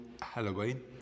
Halloween